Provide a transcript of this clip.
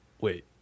Wait